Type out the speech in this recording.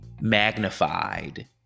magnified